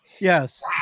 Yes